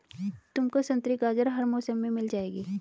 तुमको संतरी गाजर हर मौसम में मिल जाएगी